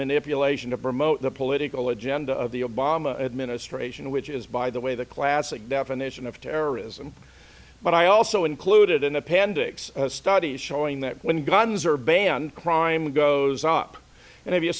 manipulation to promote the political agenda of the obama administration which is by the way the classic definition of terrorism but i also included in the pandemics studies showing that when guns are banned crime goes up and if you